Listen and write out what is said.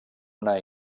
una